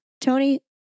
Tony